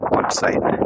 website